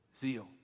zeal